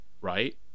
right